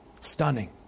Stunning